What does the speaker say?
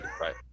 right